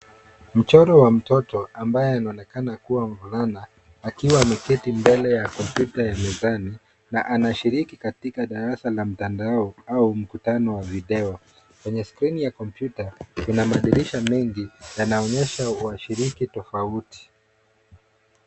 Mchoro wa mtoto ambaye anaonekana kuwa mvulana, akiwa ameketi mbele ya kompyuta ya nyumbani, na anashiriki katika darasa la mtandao au mkutano wa video. Kwenye skrini ya kompyuta kuna madirisha mengi yanayoonyesha washiriki tofauti.